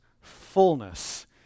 fullness